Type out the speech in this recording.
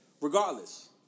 Regardless